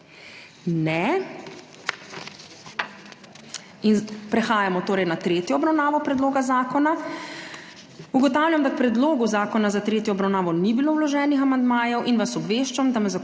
Ne. Prehajamo torej na tretjo obravnavo Predloga zakona. Ugotavljam, da k Predlogu zakona za tretjo obravnavo ni bilo vloženih amandmajev in vas obveščam, da me